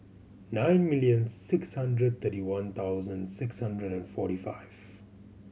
nine million six hundred thirty one thousand six hundred and forty five